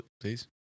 Please